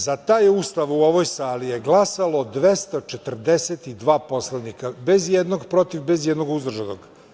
Za taj Ustav u ovoj sali je glasalo 242 poslanika bez ijednog protiv, bez ijednog uzdržanog.